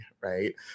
right